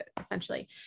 essentially